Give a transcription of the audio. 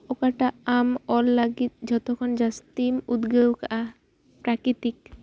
ᱚᱠᱟᱴᱟᱜ ᱟᱢ ᱚᱞ ᱞᱟᱹᱜᱤᱫ ᱡᱷᱚᱛᱚ ᱠᱷᱚᱱ ᱡᱟᱹᱥᱛᱤᱢ ᱩᱫᱽᱜᱟᱹᱣ ᱟᱠᱟᱫᱼᱟ ᱯᱨᱟᱠᱨᱤᱛᱤᱠ